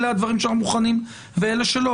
אלה הדברים שאנחנו מוכנים ואלה שלא?